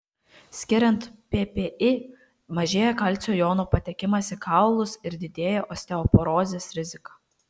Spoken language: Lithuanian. skiriant ppi mažėja kalcio jonų patekimas į kaulus ir didėja osteoporozės rizika